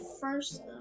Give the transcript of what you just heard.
first